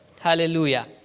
Hallelujah